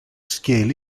scale